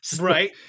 Right